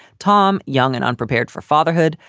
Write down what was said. tom young and unprepared for fatherhood,